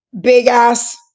big-ass